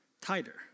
Tighter